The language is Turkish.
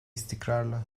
istikrarlı